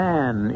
Man